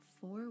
four